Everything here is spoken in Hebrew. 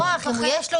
אם יש לו,